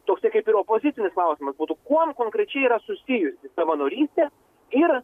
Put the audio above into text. toksai kaip ir opozicinis klausimą būtų kuo konkrečiai yra susijusi savanorystė ir